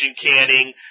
canning